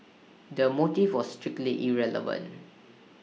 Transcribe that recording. the motive was strictly irrelevant